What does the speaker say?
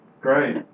Great